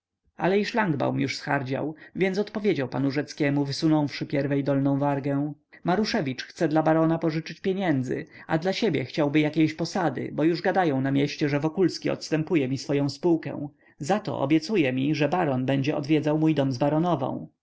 ale i szlangbaum już zhardział więc odpowiedział panu rzeckiemu wysunąwszy pierwiej dolną wargę maruszewicz chce dla barona pożyczyć pieniędzy a dla siebie chciałby jakiejś posady bo już gadają na mieście że wokulski odstępuje mi swoję spółkę zato obiecuje mi że baron będzie odwiedzał mój dom z